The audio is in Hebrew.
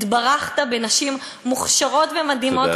התברכת בנשים מוכשרות ומדהימות,